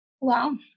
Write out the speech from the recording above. Wow